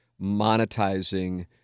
monetizing